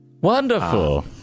Wonderful